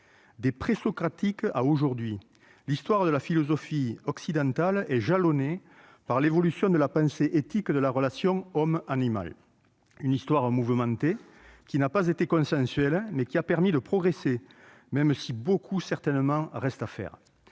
Des présocratiques à aujourd'hui, l'histoire de la philosophie occidentale est jalonnée par l'évolution de la pensée éthique de la relation entre l'homme et l'animal. Une histoire mouvementée, qui n'a pas été consensuelle, mais qui a permis de progresser, même si beaucoup certainement reste à faire.